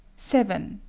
seven.